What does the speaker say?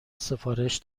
سفارش